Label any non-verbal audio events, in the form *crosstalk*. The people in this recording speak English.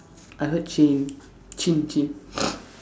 I heard chin chin chin *noise*